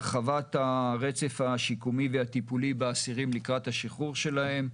הרחבת הרצף השיקומי והטיפולי באסירים לקראת השחרור שלהם,